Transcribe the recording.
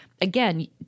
again